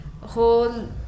whole